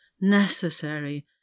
necessary